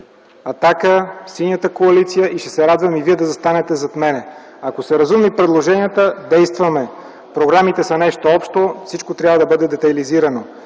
„Атака”, „Синята коалиция” и ще се радвам и вие да застанете зад мен. Ако предложенията са разумни, действаме. Програмите са нещо общо, всичко трябва да бъде детайлизирано.